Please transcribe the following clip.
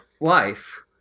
life